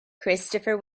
christopher